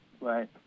Right